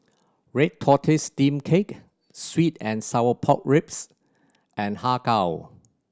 red tortoise steamed cake sweet and sour pork ribs and Har Kow